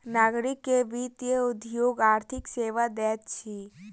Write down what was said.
नागरिक के वित्तीय उद्योग आर्थिक सेवा दैत अछि